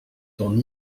ton